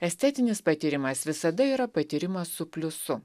estetinis patyrimas visada yra patyrimas su pliusu